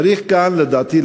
לדעתי,